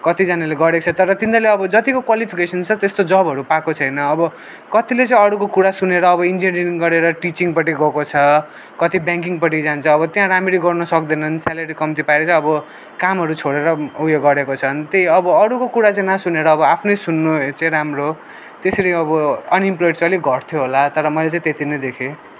कतिजनाले गरेको छ तर तिनीहरूले अब जत्तिको क्वालिफिकेसन छ त्यस्तो जबहरू पाएको छैन अब कत्तिले चाहिँ अरूको कुरा सुनेर अब इन्जिनियरिङ गरेर टिचिङपट्टि गएको छ कति ब्याङ्किङपट्टि जान्छ अब त्यहाँ राम्ररी गर्न सक्दैनन् स्यालरी कम्ती पाएर चाहिँ अब कामहरू छोडेर उयो गरेको छन् त्यही अब अरूको कुरा चाहिँ नसुनेर अब आफ्नै सुन्नु चाहिँ राम्रो त्यसरी अब अनइमप्लोइड चाहिँ अलिक घट्थ्यो होला तर मैले चाहिँ त्यति नै देखेँ